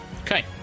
Okay